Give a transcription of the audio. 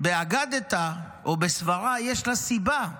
באגדתא או בסברא יש לה סיבה.